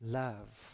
love